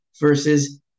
versus